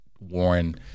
Warren